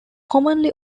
commonly